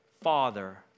Father